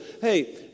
hey